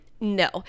No